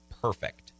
perfect